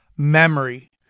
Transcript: memory